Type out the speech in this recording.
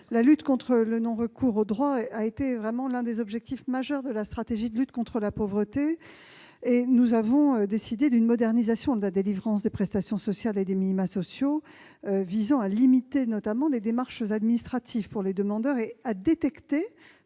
La lutte contre le non-recours aux droits est l'un des objectifs majeurs de la stratégie de lutte contre la pauvreté. Nous avons décidé de moderniser la délivrance des prestations sociales et des minima sociaux, en limitant notamment les démarches administratives pour les demandeurs et en détectant